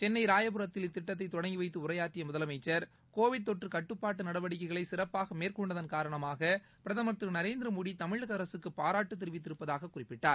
சென்னை ராயபுரத்தில் இத்திட்டத்தை தொடங்கி வைத்து உரையாற்றிய முதலமைச்சர் கோவிட் தொற்று கட்டுப்பாட்டு நடவடிக்கைகளை சிறப்பாக மேற்கொண்டதன் காரணமாக பிரதமர் திரு நரேந்திர மோடி தமிழக அரசுக்கு பாராட்டு தெரிவித்திருப்பதாக குறிப்பிட்டார்